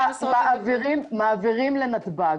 מרמון מעבירים לנתב"ג.